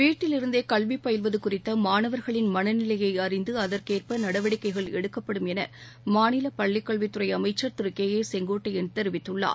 வீட்டிலிருந்தே கல்வி பயில்வது குறித்த மாணவர்களின் மனநிலையை அறிந்து அஅற்கேற்ப நடவடிக்கைகள் எடுக்கப்படும் என மாநில பள்ளிக்கல்வித்துறை அமைச்சர் திரு கே ஏ செங்கோட்டையன் தெரிவித்துள்ளார்